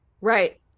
Right